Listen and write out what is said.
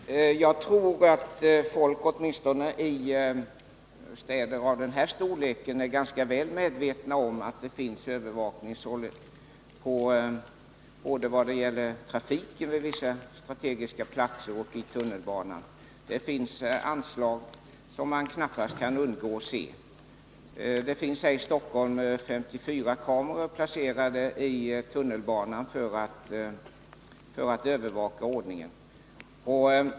Herr talman! Jag tror att folk åtminstone i större städer är ganska väl medvetna om att det finns övervakning vad gäller trafik både vid vissa strategiska platser och i Stockholms tunnelbana. Det finns anslag som man knappast kan undgå att se. Det finns här i Stockholm 54 kameror placerade i tunnelbanan för att övervaka ordningen.